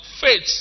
faith